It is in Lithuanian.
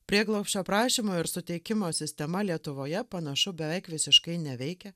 prieglobsčio prašymo ir suteikimo sistema lietuvoje panašu beveik visiškai neveikia